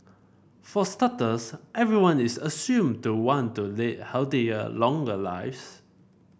for starters everyone is assumed to want to lead healthier longer lives